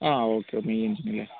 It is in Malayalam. ആ ഓക്കെ അല്ലേ